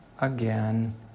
again